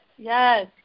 Yes